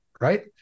right